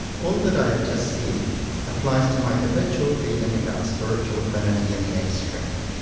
all that i have just said applies to my habitual feeling about spiritual affinity in the abstract.